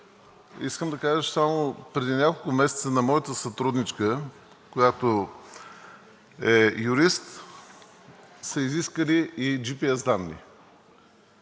Искам да кажа, че само преди няколко месеца на моята сътрудничка, която е юрист, са изискали и джипиес данни.